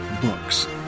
books